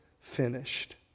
finished